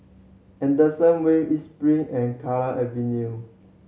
Henderson Wave East Spring and Kallang Avenue